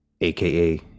aka